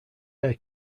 air